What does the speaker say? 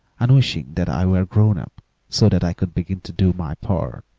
and wishing that i were grown up so that i could begin to do my part.